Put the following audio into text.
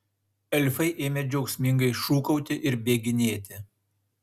elfai ėmė džiaugsmingai šūkauti ir bėginėti